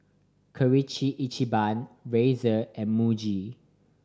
Kirin Ichiban Razer and Muji